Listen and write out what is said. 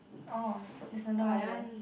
orh there's another one there